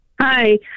Hi